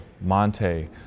Monte